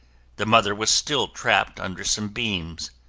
their mother was still trapped under some beams.